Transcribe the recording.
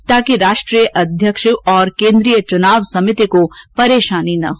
ताकि राष्ट्रीय अध्यक्ष और केन्द्रीय चुनाव समिति को परेशानी न हो